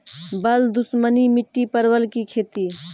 बल दुश्मनी मिट्टी परवल की खेती?